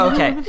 Okay